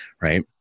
right